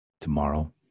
tomorrow